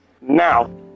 Now